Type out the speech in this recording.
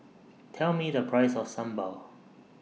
Tell Me The Price of Sambal